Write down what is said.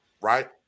right